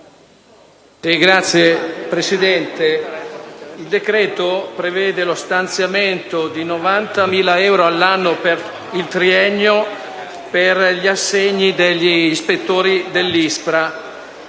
Il decreto prevede lo stanziamento di 90.000 euro all'anno nel triennio per gli assegni agli ispettori dell'ISPRA,